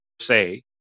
say